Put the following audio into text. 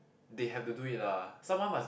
they have to do it lah someone must